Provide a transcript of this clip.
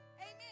Amen